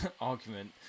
argument